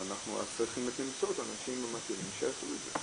אז צריך באמת למצוא את האנשים המתאימים שיעשו את זה.